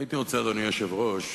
הייתי רוצה, אדוני היושב-ראש,